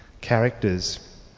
characters